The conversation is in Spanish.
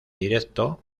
directo